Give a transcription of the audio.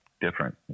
different